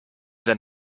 than